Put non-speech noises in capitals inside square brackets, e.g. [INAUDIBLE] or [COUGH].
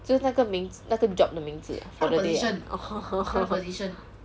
就是那个名字那个 job 的名字 for the day ah orh [LAUGHS]